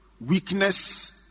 weakness